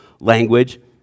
language